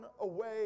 away